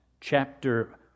chapter